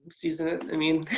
season it. i mean